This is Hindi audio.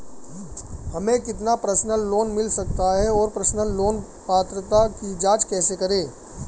हमें कितना पर्सनल लोन मिल सकता है और पर्सनल लोन पात्रता की जांच कैसे करें?